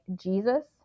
jesus